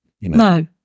no